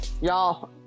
Y'all